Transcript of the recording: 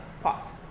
pause